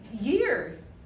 years